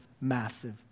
massive